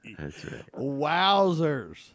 Wowzers